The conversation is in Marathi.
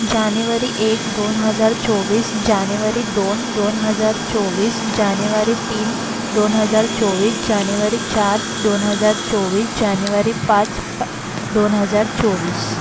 जानेवारी एक दोन हजार चोवीस जानेवारी दोन दोन हजार चोवीस जानेवारी तीन दोन हजार चोवीस जानेवारी चार दोन हजार चोवीस जानेवारी पाच प दोन हजार चोवीस